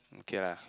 okay lah